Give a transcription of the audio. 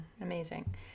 Amazing